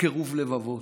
קירוב לבבות.